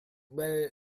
well